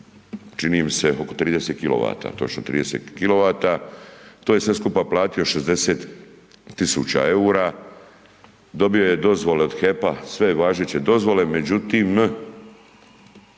kW, točno 30 kW, to je sve skupa platio 60 000 eura, dobio je dozvole od HEP-a, sve važeće dozvole međutim